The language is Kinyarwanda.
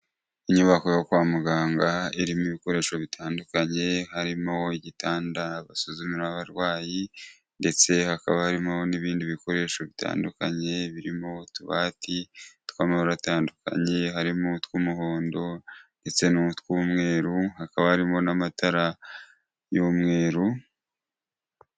Inyubako yo kwa muganga irimo ibikoresho bitandukanye, harimo igitanda basuzumiraho abarwayi ndetse hakaba harimo n'ibindi bikoresho bitandukanye, birimo utubati tw'amabara atandukanye harimo utw'umuhondo ndetse n'utw'umweru, hakaba harimo n'amatara y'umweru.